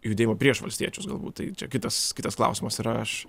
judėjimą prieš valstiečius galbūt tai čia kitas kitas klausimas yra aš